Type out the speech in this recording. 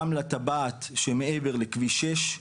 גם לטבעת שמעבר לכביש 6,